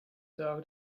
sage